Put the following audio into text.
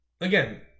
Again